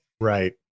Right